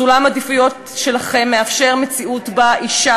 סולם העדיפויות שלכם מאפשר מציאות שבה אישה